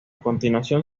continuación